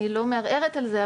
אני לא מערערת על זה,